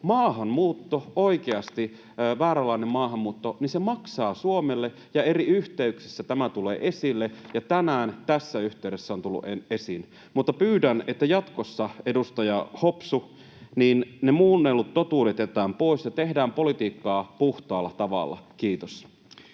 maahanmuutto, vääränlainen maahanmuutto, oikeasti maksaa Suomelle, ja eri yhteyksissä tämä tulee esille, ja tänään tässä yhteydessä se on tullut esiin. Mutta pyydän, että jatkossa, edustaja Hopsu, ne muunnellut totuudet jätetään pois ja tehdään politiikkaa puhtaalla tavalla. — Kiitos.